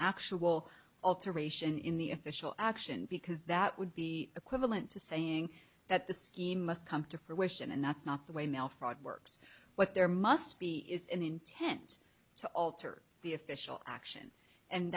actual alteration in the official action because that would be equivalent to saying that the scheme must come to fruition and that's not the way mail fraud works what there must be is an intent to alter the official action and